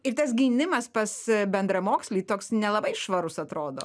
ir tas gynimas pas bendramokslį toks nelabai švarus atrodo